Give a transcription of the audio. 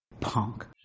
Punk